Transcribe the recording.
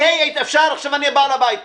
עכשיו אני בעל הבית פה.